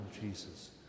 Jesus